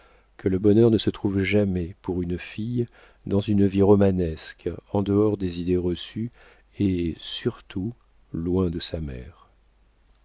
que le bonheur ne se trouve jamais pour une fille dans une vie romanesque en dehors des idées reçues et surtout loin de sa mère